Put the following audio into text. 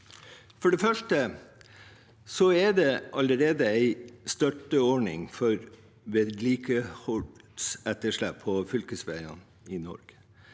For det første er det allerede en støtteordning for vedlikeholdsetterslep på fylkesveiene i Norge.